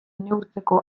neurtzeko